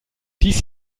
dies